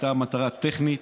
הייתה מטרה טכנית.